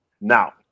Now